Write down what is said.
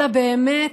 אלא באמת,